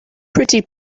pretty